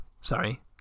sorry